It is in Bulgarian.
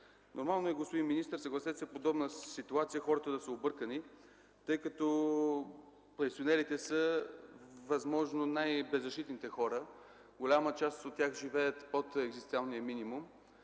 Нормално е, господин министър, съгласете се, в подобна ситуация хората да са объркани, тъй като пенсионерите са възможно най-беззащитните хора. Голяма част от тях живеят под екзистенциалния минимум.